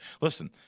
Listen